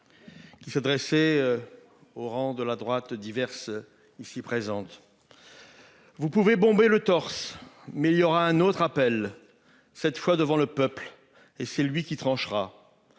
Il s'adresser. Aux rangs de la droite diverses ici présente. Vous pouvez bomber le torse mais il y aura un autre appel, cette fois devant le peuple et c'est lui qui tranchera.